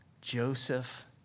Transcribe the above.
Joseph